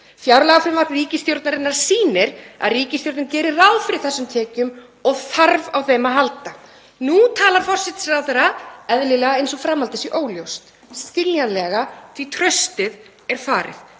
Fjárlagafrumvarp ríkisstjórnarinnar sýnir að ríkisstjórnin gerir ráð fyrir þessum tekjum og þarf á þeim að halda. Nú talar forsætisráðherra eðlilega eins og framhaldið sé óljóst, skiljanlega því að traustið er farið.